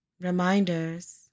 Reminders